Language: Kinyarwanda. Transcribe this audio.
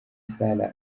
sarah